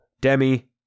Demi